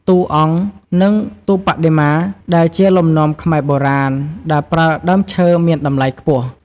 ទូអង្គ និងទូបដិមា ដែលជាលំនាំខ្មែរបុរាណ ដោយប្រើដើមឈើមានតម្លៃខ្ពស់។